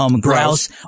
grouse